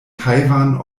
taiwan